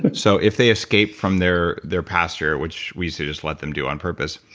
but so if they escape from their their pasture, which we used to just let them do on purpose,